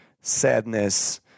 sadness